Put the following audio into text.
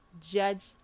Judge